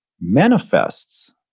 manifests